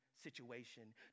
situation